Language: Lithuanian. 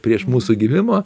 prieš mūsų gimimą